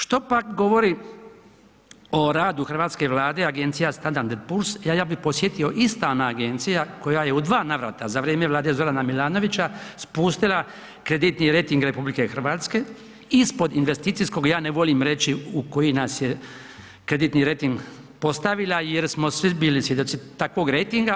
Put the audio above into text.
Što pak govori o radu hrvatske Vlade Agencija Standard&Poor's, ja bih posjetio ista ona agencija koja je u dva navrata za vrijeme Vlade Zorana Milovanovića spustila kreditni rejting RH ispod investicijskog, ja ne volim reći u koji nas je kreditni rejting postavila jer smo svi bili svjedoci takvog rejtinga.